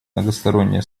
многостороннее